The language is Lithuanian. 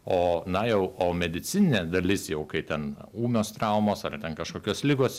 o na jau o medicininė dalis jau kai ten ūmios traumos ar ten kažkokios ligos